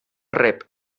rep